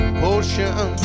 potion